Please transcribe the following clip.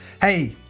Hey